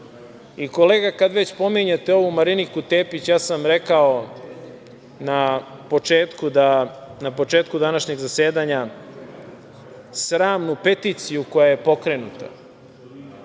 bilo. Kolega, kad već pominjete ovu Mariniku Tepić, ja sam rekao na početku današnjeg zasedanja, sramnu peticiju koja je pokrenuta,